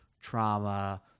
trauma